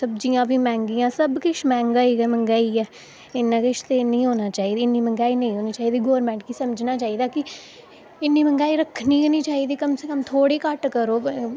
सब्जियां बी मैंह्गियां सब किश मंग्हाई गै मंग्हाई ऐ इन्ना किश ते नेईं होना चाहिदा इन्नी मंग्हाई नेईं होनी चाहिदी गौरमैंट ई समझना चाहिदा कि इन्नी मंग्हाई रक्खनी गै निं चाहिदी कम से कम थोह्ड़ी घट्ट करो